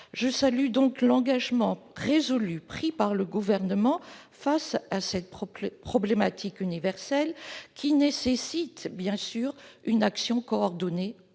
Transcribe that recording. Je salue l'engagement résolu du Gouvernement face à cette problématique universelle, qui nécessite bien sûr une action coordonnée